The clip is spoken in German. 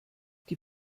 die